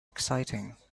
exciting